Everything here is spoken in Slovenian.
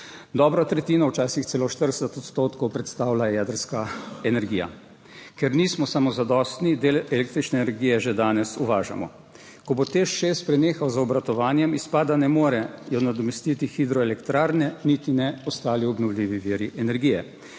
Dobro tretjino, včasih celo 40 odstotkov predstavlja jedrska energija. Ker nismo samozadostni, del električne energije že danes uvažamo. Ko bo Teš 6 prenehal z obratovanjem, izpada ne more nadomestiti hidroelektrarne niti ne ostali obnovljivi viri energije.